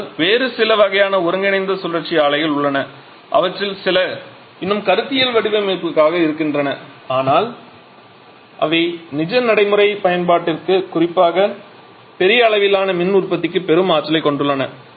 ஆனால் வேறு சில வகையான ஒருங்கிணைந்த சுழற்சி ஆலைகள் உள்ளன அவற்றில் சில இன்னும் கருத்தியல் வடிவமைப்பாக இருக்கின்றன ஆனால் அவை நிஜ நடைமுறை பயன்பாட்டிற்கு குறிப்பாக பெரிய அளவிலான மின் உற்பத்திக்கு பெரும் ஆற்றலைக் கொண்டுள்ளன